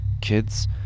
Kids